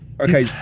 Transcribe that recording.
Okay